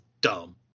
dumb